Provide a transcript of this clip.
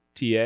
TA